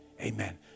Amen